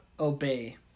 Obey